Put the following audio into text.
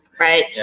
Right